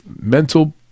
mental